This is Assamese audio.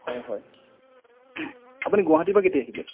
হয় হয় আপুনি গুৱাহাটীৰ পৰা কেতিয়া আহিলে